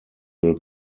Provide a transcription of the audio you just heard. will